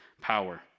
power